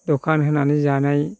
दखान होनानै जानाय